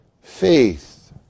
faith